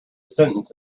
sentence